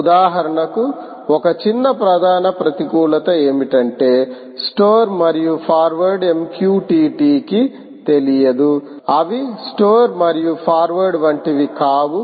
ఉదాహరణకు ఒక చిన్న ప్రధాన ప్రతికూలత ఏమిటంటే స్టోర్ మరియు ఫార్వర్డ్ MQTT కి తెలియదు అవి స్టోర్ మరియు ఫార్వర్డ్ వంటివి కావు